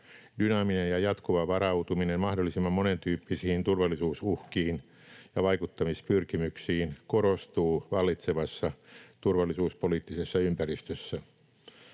Dynaaminen ja jatkuva varautuminen mahdollisimman monentyyppisiin turvallisuusuhkiin ja vaikuttamispyrkimyksiin korostuu vallitsevassa turvallisuuspoliittisessa ympäristössä.